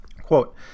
quote